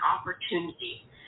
opportunity